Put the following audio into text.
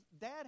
dad